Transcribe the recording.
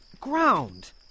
Ground